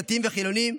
דתיים וחילונים,